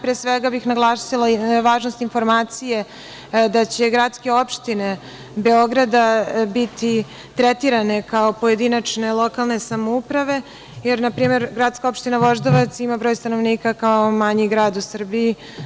Pre svega bih naglasila na važnost informacije da će gradske opštine Beograda biti tretirane kao pojedinačne lokalne samouprave, jer, na primer, Gradska opština Voždovac ima broj stanovnika kao manji grad u Srbiji.